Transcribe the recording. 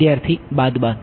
વિદ્યાર્થી બાદબાકી